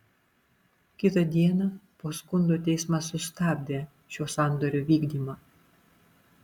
kitą dieną po skundo teismas sustabdė šio sandorio vykdymą